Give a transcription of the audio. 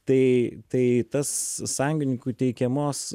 tai tai tas sąjungininkų teikiamos